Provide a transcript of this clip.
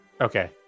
okay